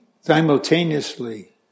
simultaneously